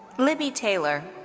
libby taylor.